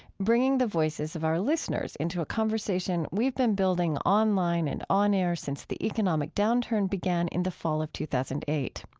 bringing the voices of our listeners into a conversation we've been building online and on air since the economic downturn began in the fall of two thousand and eight.